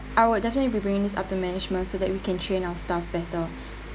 I will definitely be bringing this up to management so that we can train our staff better